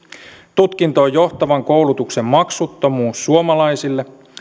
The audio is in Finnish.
tutkintoon johtavan koulutuksen maksuttomuus suomalaisille